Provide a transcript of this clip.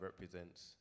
represents